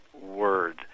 word